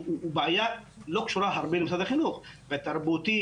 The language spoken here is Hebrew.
שהוא בעיה לא קשורה הרבה למשרד החינוך תרבותית,